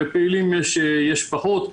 פעילים יש פחות.